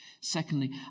Secondly